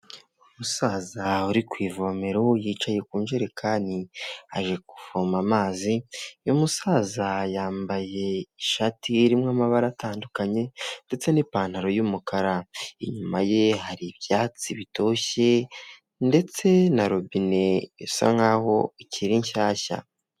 Umusaza uri ku ivomero yicaye ku njerekani aje kuvoma amazi. Uy'umusaza yambaye ishati irimo amabara atandukanye ndetse n'ipantaro y'umukara inyuma ye hari ibyatsi bitoshye ndetse na robine isa nkaho ikiri nshyashya.